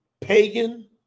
pagan